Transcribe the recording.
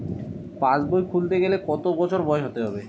পাশবই খুলতে গেলে কত বছর বয়স হতে হবে?